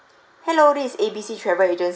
hello this is A B C travel agency